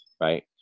right